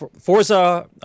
Forza